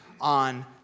on